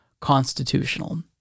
constitutional